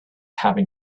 having